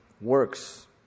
works